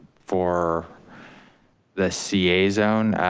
for the ca zone.